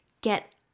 get